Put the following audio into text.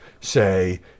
say